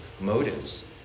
motives